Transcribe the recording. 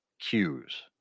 cues